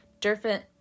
Different